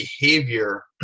behavior